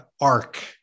arc